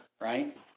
right